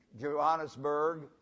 Johannesburg